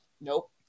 Nope